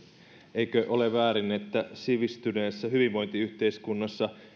eikö ole väärin että sivistyneessä hyvinvointiyhteiskunnassa